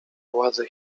władze